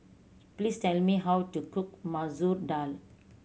please tell me how to cook Masoor Dal